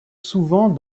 souvent